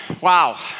wow